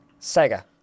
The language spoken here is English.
sega